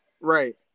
Right